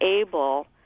able